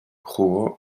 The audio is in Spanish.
jugó